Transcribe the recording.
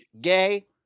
gay